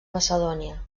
macedònia